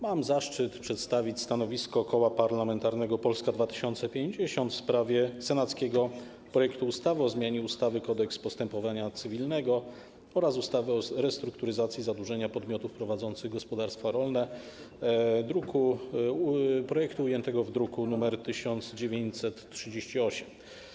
Mam zaszczyt przedstawić stanowisko Koła Parlamentarnego Polska 2050 w sprawie senackiego projektu ustawy o zmianie ustawy - Kodeks postępowania cywilnego oraz ustawy o restrukturyzacji zadłużenia podmiotów prowadzących gospodarstwa rolne, druk nr 1938.